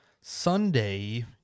Sunday